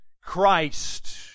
Christ